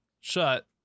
shut